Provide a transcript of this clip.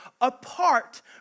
apart